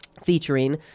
featuring